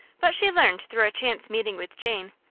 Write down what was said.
but she learned through a chance meeting with jane,